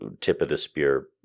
tip-of-the-spear